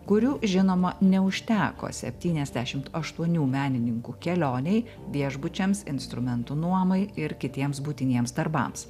kurių žinoma neužteko septyniasdešimt aštuonių menininkų kelionei viešbučiams instrumentų nuomai ir kitiems būtiniems darbams